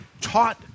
taught